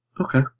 Okay